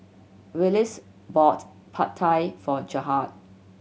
Willis bought Pad Thai for Gerhard